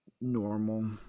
normal